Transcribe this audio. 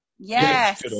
Yes